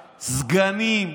סגנים,